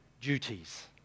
duties